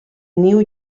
new